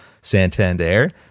Santander